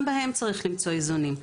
גם בהם צריך למצוא איזונים.